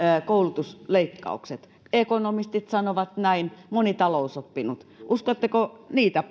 koulutusleikkaukset ekonomistit sanovat näin moni talousoppinut uskotteko niitä